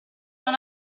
non